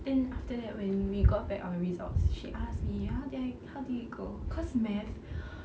then after that when we got back our results she asked me how did I how did it go cause math